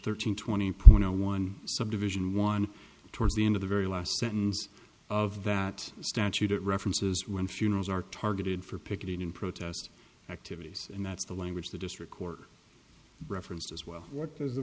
thirteen twenty point zero one subdivision one towards the end of the very last sentence of that statute it references when funerals are targeted for picketing in protest activities and that's the language the district court referenced as well what does the